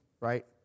right